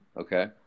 Okay